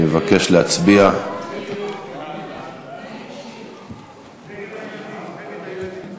ההצעה להסיר מסדר-היום את הצעת חוק תגבור אבטחה